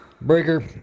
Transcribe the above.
Breaker